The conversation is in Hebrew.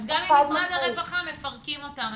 אז גם ממשרד הרווחה מפרקים אותם.